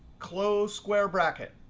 close square bracket.